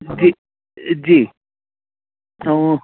जी जी ऐं